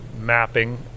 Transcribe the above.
mapping